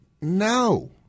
No